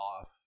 off